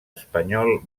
espanyol